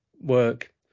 work